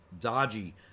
dodgy